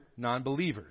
nonbelievers